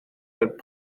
fod